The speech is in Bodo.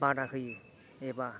बादा होयो एबा